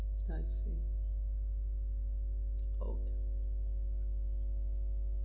I see oh